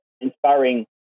inspiring